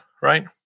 right